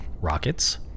rockets